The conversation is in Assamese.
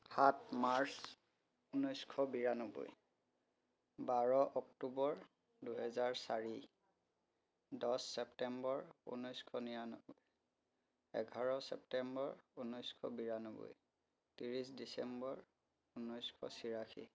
সাত মাৰ্চ ঊনৈছশ বিয়ান্নব্বৈ বাৰ অক্টোবৰ দুহেজাৰ চাৰি দহ ছেপ্টেম্বৰ ঊনৈছশ নিৰানব্বৈ এঘাৰ ছেপ্টেম্বৰ ঊনৈছশ বিৰান্নব্বৈ ত্ৰিছ ডিচেম্বৰ ঊনৈছশ ছয়াশী